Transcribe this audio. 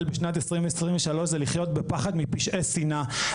בשנת 2023 זה לחיות בפחד מפשעי שנאה,